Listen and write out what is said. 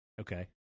Okay